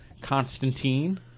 Constantine